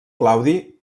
claudi